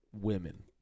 women